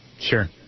Sure